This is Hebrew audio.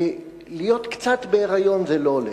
להיות קצת בהיריון זה לא הולך.